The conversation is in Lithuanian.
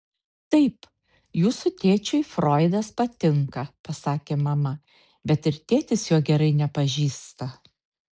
taip jūsų tėčiui froidas patinka pasakė mama bet ir tėtis jo gerai nepažįsta